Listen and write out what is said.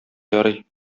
ярый